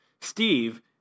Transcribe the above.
Steve